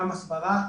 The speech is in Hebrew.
גם הסברה,